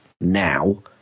now